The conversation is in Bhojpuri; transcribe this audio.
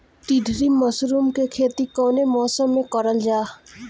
ढीघरी मशरूम के खेती कवने मौसम में करल जा?